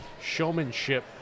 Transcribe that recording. showmanship